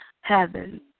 heaven